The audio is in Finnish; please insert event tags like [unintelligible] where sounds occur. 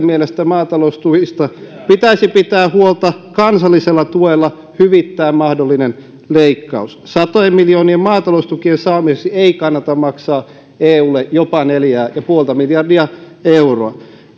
[unintelligible] mielestä maataloustuista pitäisi pitää huolta kansallisella tuella hyvittää mahdollinen leikkaus satojen miljoonien maataloustukien saamiseksi ei kannata maksaa eulle jopa neljää pilkku viittä miljardia euroa